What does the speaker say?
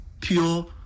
pure